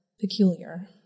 peculiar